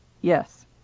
Yes